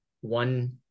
one